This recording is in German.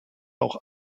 auch